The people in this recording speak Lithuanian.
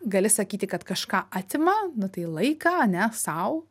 gali sakyti kad kažką atima nu tai laiką ane sau